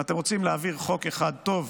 אם אתם רוצים להעביר חוק אחד טוב,